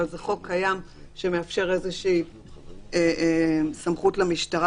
אבל זה חוק קיים שמאפשר איזושהי סמכות למשטרה